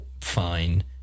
fine